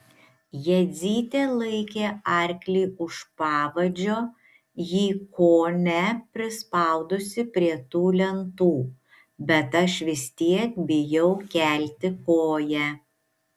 jadzytė laikė arklį už pavadžio jį kone prispaudusi prie tų lentų bet aš vis tiek bijau kelti koją